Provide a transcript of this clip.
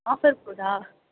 offer போகுதா